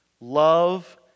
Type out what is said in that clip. Love